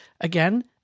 Again